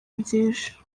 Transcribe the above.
byinshi